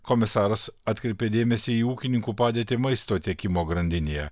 komisaras atkreipė dėmesį į ūkininkų padėtį maisto tiekimo grandinėje